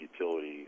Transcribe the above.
utility